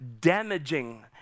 damaging